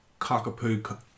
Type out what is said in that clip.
Cockapoo